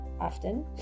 often